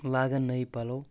لاگان نٔوۍ پلو